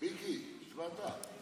מיקי, הצבעת?